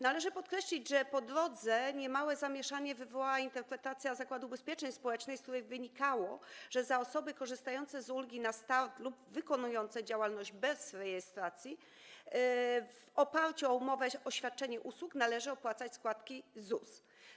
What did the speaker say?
Należy podkreślić, że po drodze niemałe zamieszanie wywołała interpretacja Zakładu Ubezpieczeń Społecznych, z której wynikało, że za osoby korzystające z ulgi na start lub wykonujące działalność bez rejestracji w oparciu o umowę o świadczenie usług należy opłacać składki ZUS.